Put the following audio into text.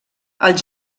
els